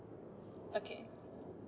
okay